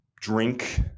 drink